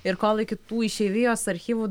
ir kol iki tų išeivijos archyvų